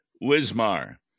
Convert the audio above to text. Wismar